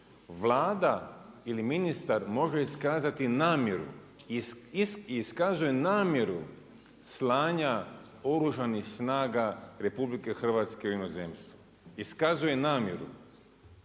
Vlada ili ministar može iskazati namjeru slanja Oružanih snaga RH u inozemstvo. Iskazuje namjeru.